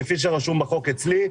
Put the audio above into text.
כפי שרשום בחוק אצלי.